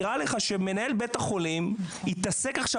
נראה לך שמנהל בית החולים יתעסק עכשיו